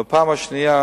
והפעם השנייה